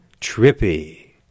trippy